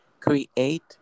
create